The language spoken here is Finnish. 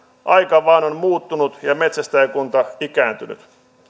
aika vain on muuttunut ja metsästäjäkunta ikääntynyt